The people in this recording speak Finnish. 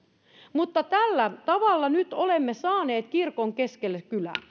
mutta tällä tavalla nyt olemme saaneet kirkon keskelle kylää